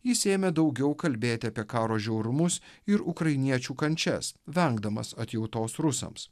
jis ėmė daugiau kalbėti apie karo žiaurumus ir ukrainiečių kančias vengdamas atjautos rusams